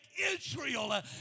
Israel